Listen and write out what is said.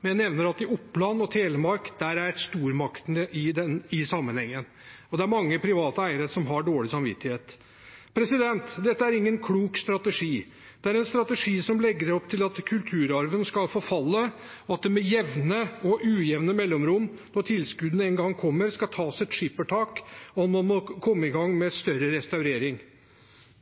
nevner at stormaktene i denne sammenhengen er i Oppland og Telemark. Det er mange private eiere som har dårlig samvittighet. Dette er ingen klok strategi. Det er en strategi som legger opp til at kulturarven skal forfalle, og at det med jevne og ujevne mellomrom – når tilskuddene en gang kommer – skal tas et skippertak når man må komme i gang med større restaurering.